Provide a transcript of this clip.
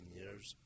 years